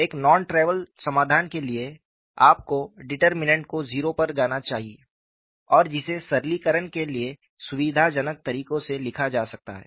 एक non trivial समाधान के लिए आपको डिटर्मिनेंट को 0 पर जाना चाहिए और जिसे सरलीकरण के लिए सुविधाजनक तरीके से लिखा जा सकता है